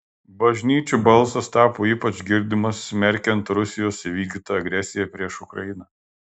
bažnyčių balsas tapo ypač girdimas smerkiant rusijos įvykdytą agresiją prieš ukrainą